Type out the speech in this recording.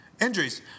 injuries